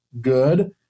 good